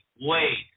wait